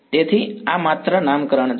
તેથી આ માત્ર નામકરણ છે